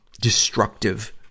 destructive